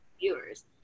viewers